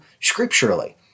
scripturally